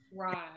Right